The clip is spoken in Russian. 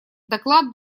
доклад